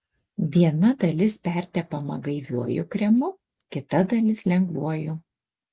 viena dalis pertepama gaiviuoju kremu kita dalis lengvuoju